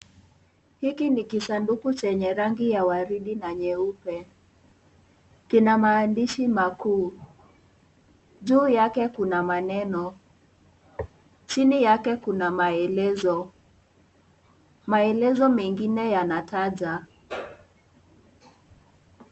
Hiki ni kisanduku chenye rangi ya waridi na nyeupe kina maandishi makuu. Juu yake kuna maneno, chini yake kuna maelezo. Maelezo mengine yanataja.